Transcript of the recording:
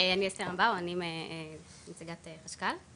אסתר אמבאו, אני נציגת חשכ"ל,